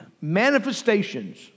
manifestations